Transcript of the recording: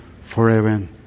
forever